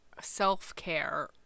self-care